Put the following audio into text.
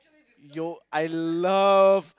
yo I love